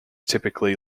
typically